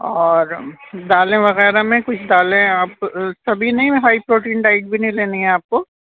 اور دالیں وغیرہ میں کچھ دالیں آپ سبھی نہیں ہائی پروٹین ڈائٹ بھی نہیں لینی ہے آپ کو